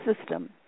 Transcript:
system